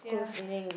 yeah